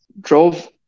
drove